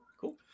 Cool